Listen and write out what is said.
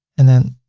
and then